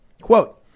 Quote